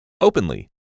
openly